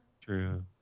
True